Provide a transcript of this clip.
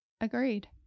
Agreed